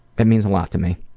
it means a lot to me.